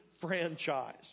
franchise